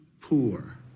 poor